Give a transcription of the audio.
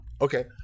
okay